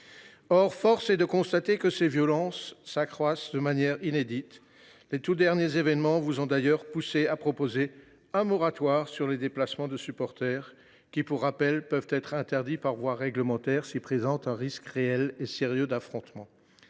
Or, force est de constater que ces violences s’accroissent de manière inédite. Les tout derniers événements vous ont d’ailleurs poussée, madame la ministre, à proposer un moratoire sur les déplacements de supporters. Pour rappel, ces derniers peuvent être interdits par voie réglementaire, s’ils présentent un risque réel et sérieux d’affrontement.